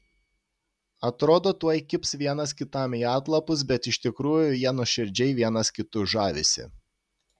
atrodo tuoj kibs vienas kitam į atlapus bet iš tikrųjų jie nuoširdžiai vienas kitu žavisi